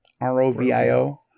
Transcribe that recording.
R-O-V-I-O